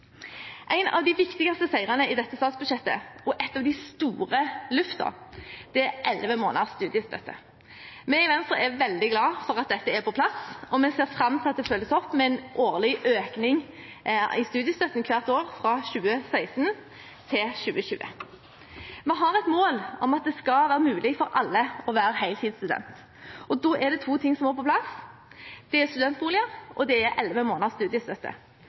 En av de viktigste seirene i dette statsbudsjettet, og et av de store løftene, er elleve måneders studiestøtte. Vi i Venstre er veldig glade for at dette er på plass, og vi ser fram til at det følges opp med en årlig økning i studiestøtten fra 2016 til 2020. Vi har et mål om at det skal være mulig for alle å være heltidsstudent. Da er det to ting som må på plass. Det er studentboliger, og det er elleve måneders studiestøtte.